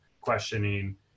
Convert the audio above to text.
questioning